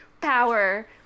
power